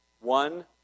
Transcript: One